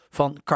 Van